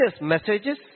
messages